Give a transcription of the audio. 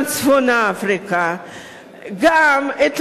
גם צפון-אפריקה,